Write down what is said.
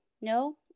no